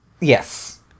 Yes